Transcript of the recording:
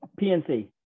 PNC